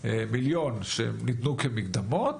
מיליון שניתנו כמקדמות,